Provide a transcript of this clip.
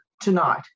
tonight